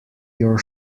your